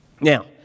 Now